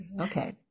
Okay